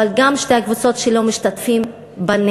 אבל גם שתי הקבוצות שלא משתתפות בנטל.